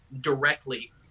directly